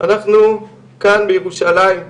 אנחנו כאן בירושלים.